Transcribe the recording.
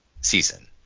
season